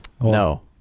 No